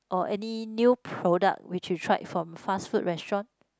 or any new product which you tried from fast food restaurant